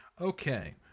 Okay